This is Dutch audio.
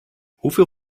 hoeveel